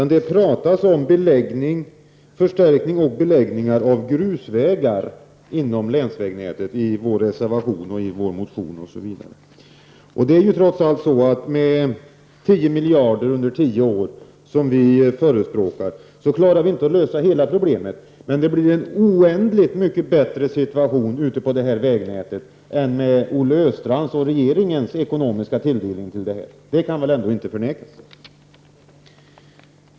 Det talas om förstärkning och beläggning av grusvägar inom länsvägnätet i våra motioner och reservationer. 10 miljarder under tio år, som vi förespråkar, löser trots allt inte alla problem, men det blir en oändligt mycket bättre standard på vägnätet än med Olle Östrands och regeringens ekonomiska tilldelning. Det kan väl inte förnekas.